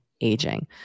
aging